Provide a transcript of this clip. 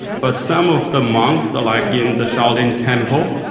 but some of the monks, like in the shaolin temple,